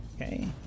Okay